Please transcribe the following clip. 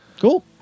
cool